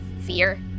fear